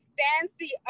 fancy